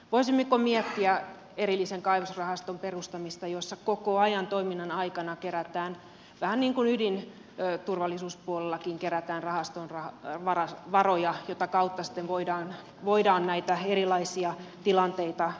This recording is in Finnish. voisimmeko miettiä sellaisen erillisen kaivosrahaston perustamista jossa koko ajan toiminnan aikana kerätään vähän niin kuin ydinturvallisuuspuolellakin kerätään rahastoon varoja mitä kautta sitten voidaan näitä erilaisia tilanteita hoitaa